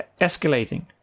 escalating